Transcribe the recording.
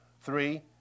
three